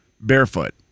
barefoot